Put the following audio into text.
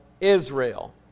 Israel